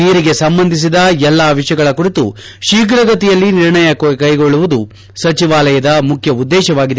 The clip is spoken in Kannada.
ನೀರಿಗೆ ಸಂಬಂಧಿಸಿದ ಎಲ್ಲಾ ವಿಷಯಗಳ ಕುರಿತು ಶೀಘಗತಿಯಲ್ಲಿ ನಿರ್ಣಯ ಕೈಗೊಳ್ಳುವುದು ಸಚವಾಲಯದ ಮುಖ್ಯ ಉದ್ದೇಶವಾಗಿದೆ